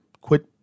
quit